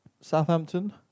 Southampton